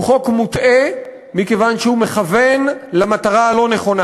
הוא חוק מוטעה מכיוון שהוא מכוון למטרה הלא-נכונה.